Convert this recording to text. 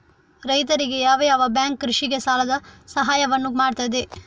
ರೈತರಿಗೆ ಯಾವ ಯಾವ ಬ್ಯಾಂಕ್ ಕೃಷಿಗೆ ಸಾಲದ ಸಹಾಯವನ್ನು ಮಾಡ್ತದೆ?